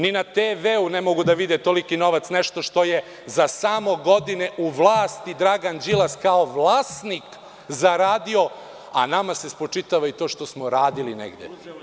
Ni na TV ne mogu da vide toliki novac, nešto što je za samo godine u vlasti Dragan Đilas kao vlasnik zaradio, a nama se spočitava i to što smo radili negde.